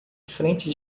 frente